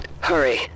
Hurry